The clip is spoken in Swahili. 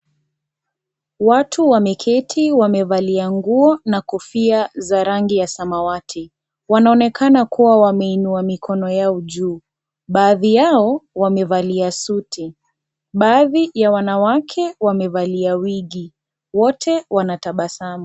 Watu wameketi wamevalia nguo na kofia za rangi ya samawati, wanaonekana kuwa wameinua mikono yao juu baadhi yao wamevalia suti, baadhi ya wanawake wamevalia wigi. Wote wanatabasamu.